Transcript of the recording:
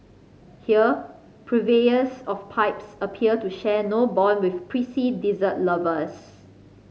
here purveyors of pipes appear to share no bond with prissy dessert lovers